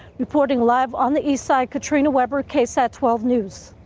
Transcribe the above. reporting live on the east side katrina webber ksat twelve news.